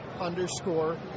underscore